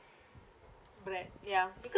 bought like ya because